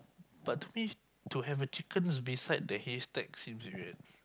but to me to have a chicken beside the haystack seems a bit weird